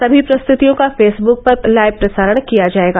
सभी प्रस्तृतियों का फेसब्क पर लाइव प्रसारण किया जाएगा